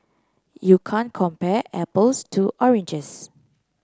you can't compare apples to oranges